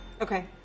Okay